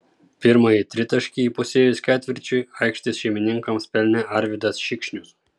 pirmąjį tritaškį įpusėjus ketvirčiui aikštės šeimininkams pelnė arvydas šikšnius